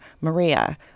Maria